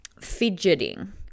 fidgeting